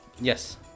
Yes